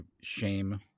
shame